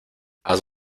has